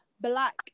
black